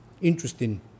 Interesting